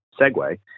segue